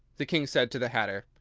the king said to the hatter.